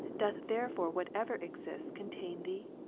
doth therefore whatever exists contain thee?